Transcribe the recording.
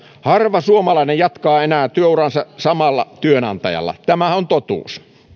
harva suomalainen jatkaa enää koko työuraansa samalla työnantajalla tämä on totuus